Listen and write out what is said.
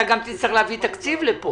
אתה גם תצטרך להביא תקציב לכאן.